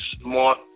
smart